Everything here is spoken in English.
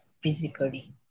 physically